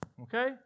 Okay